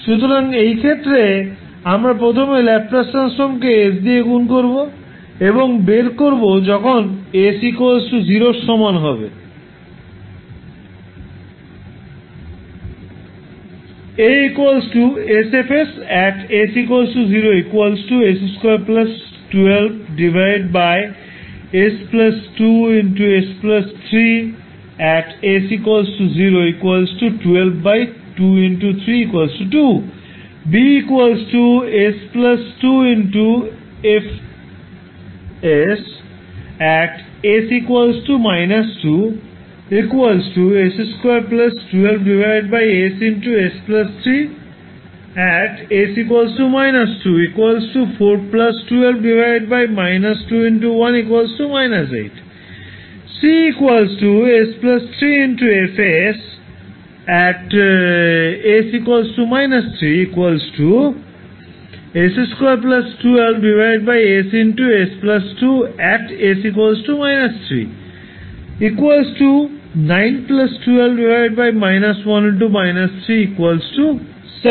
সুতরাং এই ক্ষেত্রে আমরা প্রথমে ল্যাপ্লাস ট্রান্সফর্মকে s দিয়ে গুণ করব এবং বের করবো যখন s 0 এর সমান হবে